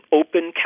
open